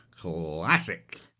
Classic